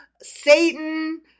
Satan